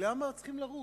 למה צריכים לרוץ?